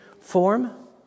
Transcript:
form